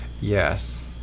Yes